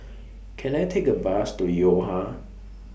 Can I Take A Bus to Yo Ha